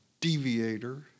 deviator